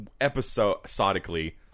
episodically